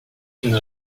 une